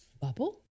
Bubble